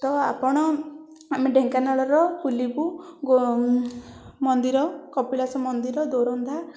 ତ ଆପଣ ଆମେ ଢେଙ୍କାନାଳର ବୁଲିବୁ ଗୋ ମନ୍ଦିର କପିଳାସ ମନ୍ଦିର ଜୋରନ୍ଦା